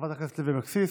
חברת הכנסת לוי אבקסיס.